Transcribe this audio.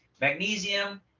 Magnesium